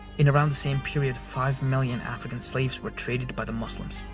in around the same period, five million african slaves were traded by the muslims.